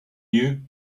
you